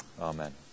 Amen